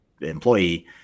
employee